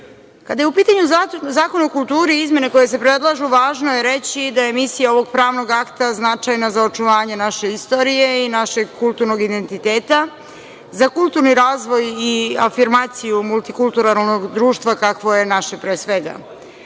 veka. Kada je u pitanju Zakon o kulturi i izmene koje se predlažu, važno je reći da je misija ovog pravnog akta značajna za očuvanje naše istorije i našeg kulturnog identiteta za kulturni razvoj i afirmaciju multikulturalnog društva kakvo je naše, pre svega.